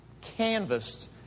canvassed